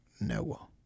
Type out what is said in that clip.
Noah